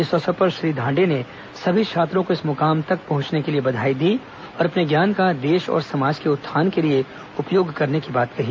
इस अवसर पर श्री धांडे ने सभी छात्रों को इस मुकाम तक पहुँचने के लिए बधाई दी और अपने ज्ञान का देश और समाज के उत्थान के लिए उपयोग करने की बात कही